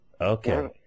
Okay